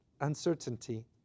uncertainty